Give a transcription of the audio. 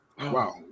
wow